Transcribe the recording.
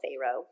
Pharaoh